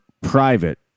private